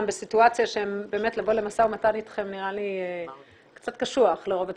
בסיטואציה לבוא למשא ומתן איתכם נראה לי קצת קשוח לרוב הציבור.